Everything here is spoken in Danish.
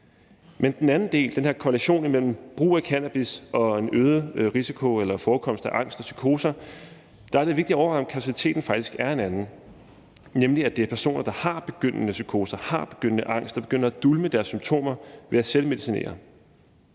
til den anden del, den her korrelation imellem brug af cannabis og en øget risiko for eller forekomst af angst og psykoser, er det vigtigt at overveje, om kausaliteten faktisk er en anden, nemlig at det er personer, der har begyndende psykoser og har begyndende angst, som begynder at dulme deres symptomer ved at selvmedicinere.